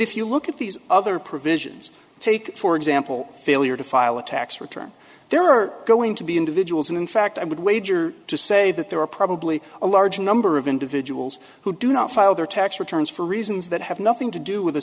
if you look at these other provisions take for example failure to file a tax return there are going to be individuals and in fact i would wager to say that there are probably a large number of individuals who do not file their tax returns for reasons that have nothing to do with